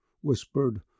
whispered